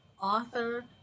author